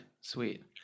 sweet